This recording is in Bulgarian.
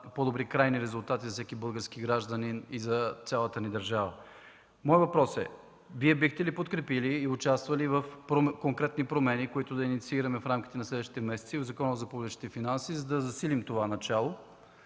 по-добри крайни резултати за всеки български гражданин и за цялата ни държава. Моят въпрос е: Вие бихте ли подкрепили и участвали в конкретни промени, които да инициираме в рамките на следващите месеци, в Закона за публичните финанси, за да засилим това начало?